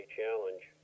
challenge